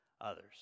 others